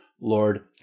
Lord